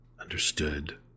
understood